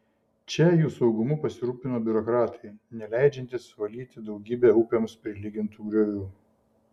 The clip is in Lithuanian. čia jų saugumu pasirūpino biurokratai neleidžiantys valyti daugybę upėms prilygintų griovių